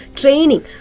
training